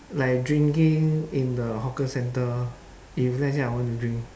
like drinking in the hawker centre if let's say I want to drink